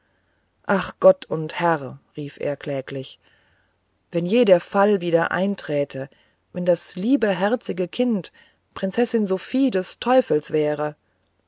ach gott und herr rief er kläglich wenn ja der fall wieder einträte wenn das liebe herzige kind prinzessin sophie des teufels wäre